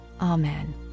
amen